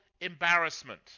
embarrassment